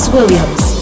Williams